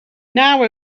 now